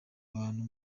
abantu